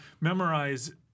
memorize